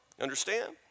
Understand